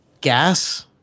Gas